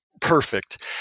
perfect